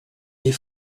des